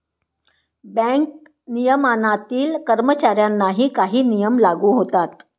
bank नियमनातील कर्मचाऱ्यांनाही काही नियम लागू होतात